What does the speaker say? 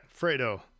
Fredo